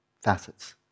facets